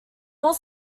more